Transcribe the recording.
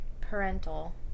parental